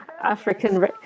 African